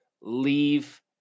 leave